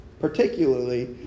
particularly